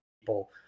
people